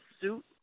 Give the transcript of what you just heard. Suit